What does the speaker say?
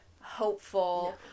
hopeful